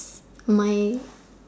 my